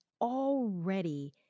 already